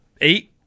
eight